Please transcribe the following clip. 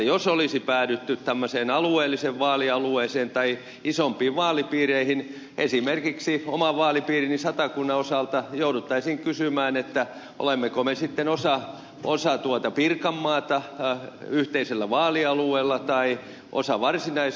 jos olisi päädytty tämmöiseen alueelliseen vaalialueeseen tai isompiin vaalipiireihin esimerkiksi oman vaalipiirini satakunnan osalta jouduttaisiin kysymään olemmeko me sitten osa pirkanmaata yhteisellä vaalialueella vai osa varsinais suomea